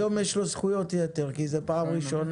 היום יש לו זכויות-יתר כי זו הפעם הראשונה,